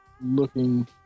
looking